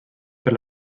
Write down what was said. per